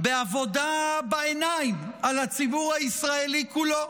בעבודה בעיניים על הציבור הישראלי כולו,